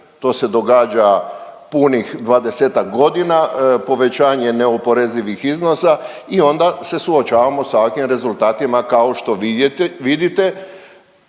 to se događa punih 20-ak godina povećanje neoporezivih iznosa i onda se suočavao sa ovakvim rezultatima kao što vidite